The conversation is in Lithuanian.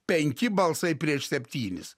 penki balsai prieš septynis